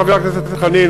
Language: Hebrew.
חבר הכנסת חנין,